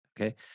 okay